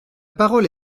parole